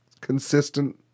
consistent